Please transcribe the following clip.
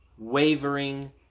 wavering